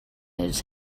his